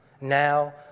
Now